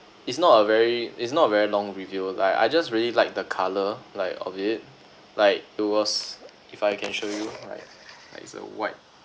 it's not a very it's not very long review like I just really like the colour like of it like it was if I can show you right like it's a white